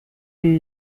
die